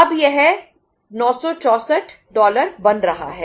अब यह 964 बन रहा है